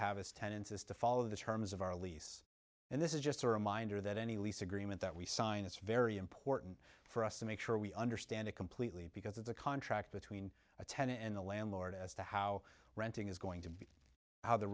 have as tenants is to follow the terms of our lease and this is just a reminder that any lease agreement that we sign it's very important for us to make sure we understand it completely because it's a contract between a ten and a landlord as to how renting is going to be how the